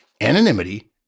Anonymity